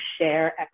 share